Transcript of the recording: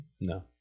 No